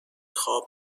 خواب